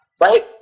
Right